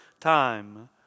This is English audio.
time